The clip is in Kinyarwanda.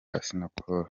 assinapol